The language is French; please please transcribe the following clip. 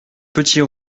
petit